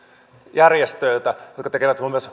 järjestöiltä jotka tekevät muun muassa